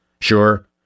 Sure